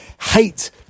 hate